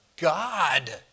God